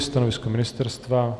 Stanovisko ministerstva?